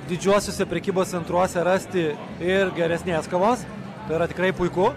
didžiuosiuose prekybos centruose rasti ir geresnės kavos tai yra tikrai puiku